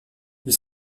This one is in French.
ils